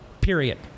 Period